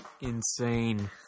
insane